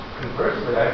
conversely